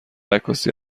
عکاسی